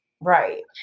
Right